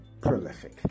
prolific